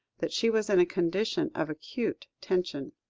that she was in a condition of acute tension.